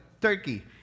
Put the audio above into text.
Turkey